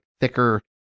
thicker